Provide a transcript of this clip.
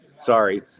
Sorry